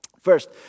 First